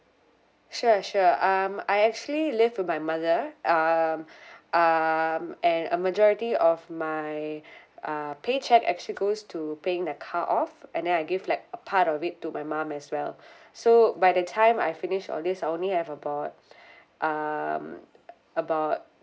sure sure um I actually live with my mother um um and a majority of my uh pay check actually goes to paying the car off and then I give like a part of it to my mum as well so by the time I finish all these I only have about um about